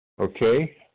Okay